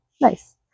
Nice